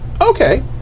Okay